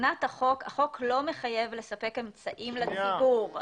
מבחינת החוק, החוק לא מחייב לספק אמצעים לציבור.